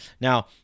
Now